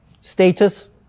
status